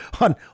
on